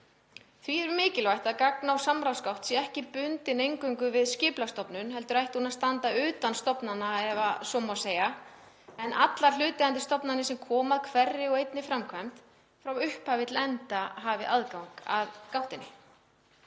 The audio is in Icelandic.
Því er mikilvægt að gagna- og samráðsgátt sé ekki bundin eingöngu við Skipulagsstofnun heldur ætti hún að standa utan stofnana, ef svo má segja, en að allar hlutaðeigandi stofnanir sem koma að hverri og einni framkvæmd, frá upphafi til enda, hafi aðgang að gáttinni.